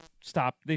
stop